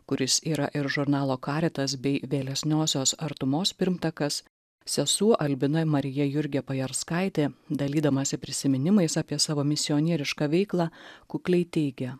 kuris yra ir žurnalo caritas bei vėlesniosios artumos pirmtakas sesuo albina marija jurgė pajarskaitė dalydamasi prisiminimais apie savo misionierišką veiklą kukliai teigia